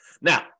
Now